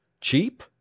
Cheap